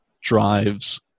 drives